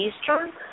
Eastern